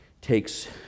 takes